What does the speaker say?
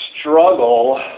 struggle